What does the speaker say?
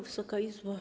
Wysoka Izbo!